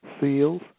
seals